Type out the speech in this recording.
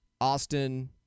Austin